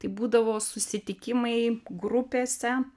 tai būdavo susitikimai grupėse